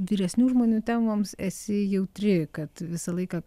vyresnių žmonių temoms esi jautri kad visą laiką